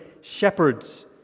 shepherds